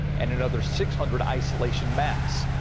and another six hundred isolation mass.